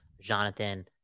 Jonathan